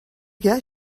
get